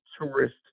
tourist